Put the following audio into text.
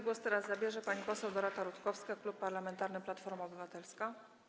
Głos teraz zabierze pani poseł Dorota Rutkowska, Klub Parlamentarny Platforma Obywatelska.